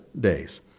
days